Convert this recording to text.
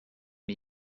and